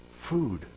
food